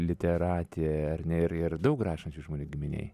literatė ar ne ir ir daug rašančių žmonių giminėj